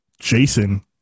Jason